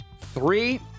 Three